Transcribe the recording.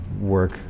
work